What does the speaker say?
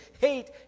hate